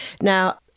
Now